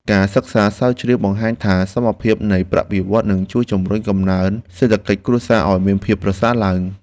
ការសិក្សាស្រាវជ្រាវបង្ហាញថា សមភាពនៃប្រាក់បៀវត្សរ៍នឹងជួយជម្រុញកំណើនសេដ្ឋកិច្ចគ្រួសារឱ្យមានភាពប្រសើរឡើង។